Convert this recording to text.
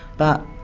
but